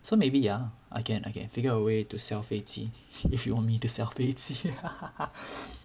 so maybe ya I can I can figure out a way to sell 飞机 if you want me to sell 飞机